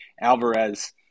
Alvarez